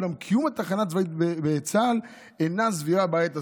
אולם קיום תחנה צבאית בצה"ל אינה סבירה בעת הזאת".